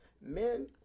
men